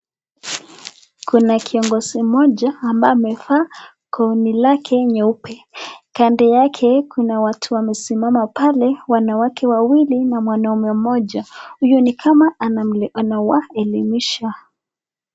Kuna kiongozi mmoja ambaye amevaa gauni lake nyeupe. Kando yake kuna watu wamesimama pale wanawake wawili na mwanaume mmoja. Huyu ni kama anawaelimisha.